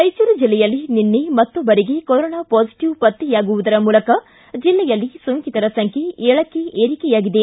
ರಾಯಚೂರು ಜಿಲ್ಲೆಯಲ್ಲಿ ನಿನ್ನೆ ಮತ್ತೊಬ್ಬರಿಗೆ ಕೊರೊನಾ ಪಾಸಿಟಿವ್ ಪತ್ತೆಯಾಗುವುದರ ಮೂಲಕ ಜಿಲ್ಲೆಯಲ್ಲಿ ಸೋಂಕಿತರ ಸಂಖ್ತೆ ಏಳಕ್ಕೇ ಏರಿಕೆಯಾಗಿದೆ